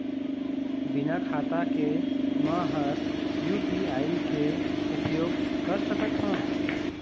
बिना खाता के म हर यू.पी.आई के उपयोग कर सकत हो?